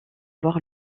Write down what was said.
voir